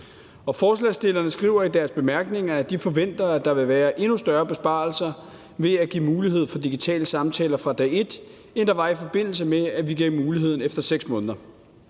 Forslagsstillerne skriver i deres bemærkninger, at de forventer, at der vil være endnu større besparelser ved at give mulighed for digitale samtaler fra dag et, end der var, i forbindelse med at vi gav muligheden efter 6 måneder.